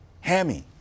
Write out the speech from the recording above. Hammy